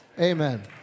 Amen